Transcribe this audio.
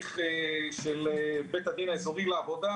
בהליך של בית הדין האזורי לעבודה.